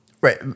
Right